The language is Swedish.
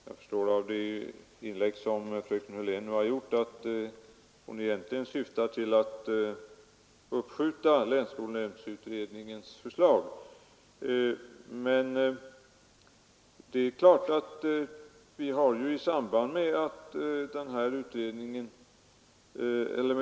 Herr talman! Av det inlägg som fröken Hörlén nu gjort förstår jag att hon egentligen syftar till att uppskjuta behandlingen av länsskolnämndsutredningens förslag.